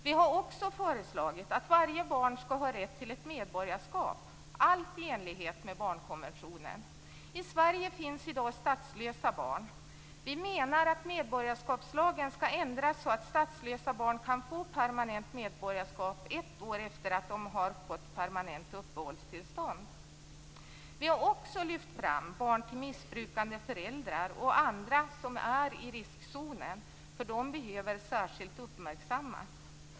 Vi har också föreslagit att varje barn skall ha rätt till ett medborgarskap, allt i enlighet med barnkonventionen. I Sverige finns i dag statslösa barn. Vi menar att medborgarskapslagen skall ändras så att statslösa barn kan få permanent medborgarskap ett år efter att de har fått permanent uppehållstillstånd. Vi har också lyft fram barn till missbrukande föräldrar och andra som är i riskzonen. De behöver särskilt uppmärksammas.